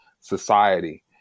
society